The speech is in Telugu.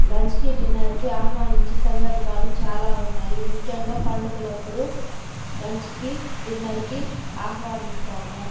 లంచ్కి డిన్నర్కి ఆహ్వానించే సందర్భాలు చాలా ఉన్నాయి ముఖ్యంగా పండుగలప్పుడు లంచ్కి డిన్నర్కి ఆహ్వానిస్తాము